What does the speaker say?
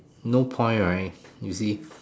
no point right you see